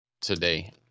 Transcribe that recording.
today